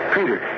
Peter